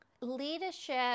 Leadership